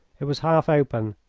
it was half open.